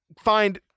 find